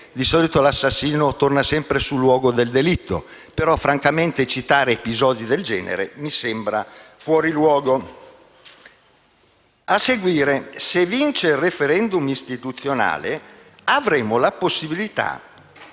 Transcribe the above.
di solito l'assassino torna sempre sul luogo del delitto, ma francamente citare episodi del genere mi sembra fuori luogo. A seguire: «Se vince il *referendum* istituzionale, avremo la possibilità